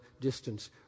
distance